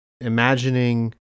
imagining